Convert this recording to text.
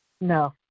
No